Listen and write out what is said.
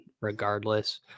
regardless